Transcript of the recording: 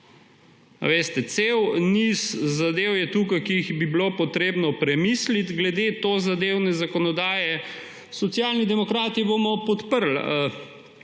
občin. Cel niz zadev je tukaj, ki bi jih bilo treba premisliti glede tozadevne zakonodaje. Socialni demokrati bomo podprli